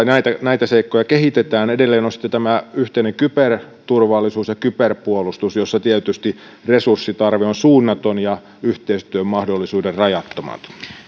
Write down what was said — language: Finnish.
näitä näitä seikkoja kehitetään edelleen on yhteinen kyberturvallisuus ja kyberpuolustus jossa tietysti resurssitarve on suunnaton ja yhteistyön mahdollisuudet rajattomat